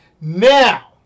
Now